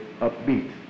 upbeat